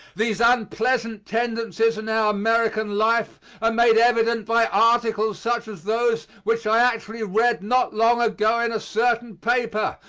these unpleasant tendencies in our american life are made evident by articles such as those which i actually read not long ago in a certain paper,